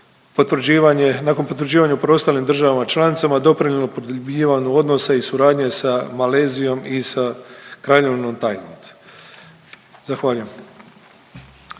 nakon potvrđivanja u preostalim državama članicama doprinijelo produbljivanju odnosa i suradnje sa Malezijom i sa Kraljevinom Tajland. Zahvaljujem.